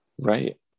Right